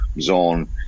zone